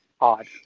odd